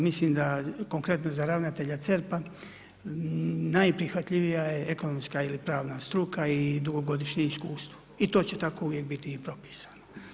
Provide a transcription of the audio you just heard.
Mislim konkretno za ravnatelja CERP-a najprihvatljivija je ekonomska ili pravna struka i dugogodišnje iskustvo i to će tako uvijek biti i propisano.